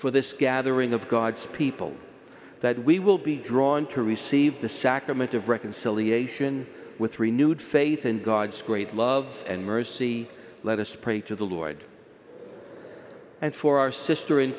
for this gathering of god's people that we will be drawn to receive the sacrament of reconciliation with renewed faith in god's great love and mercy let us pray to the lord and for our sister in